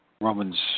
Romans